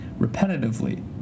repetitively